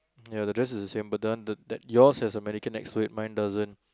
ya the dress is the same but then the that yours has a mannequin next to it mine doesn't